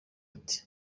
ati